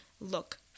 look